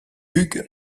hugues